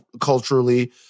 culturally